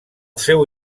seu